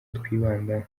twibandaho